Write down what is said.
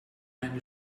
eine